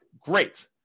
great